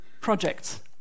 projects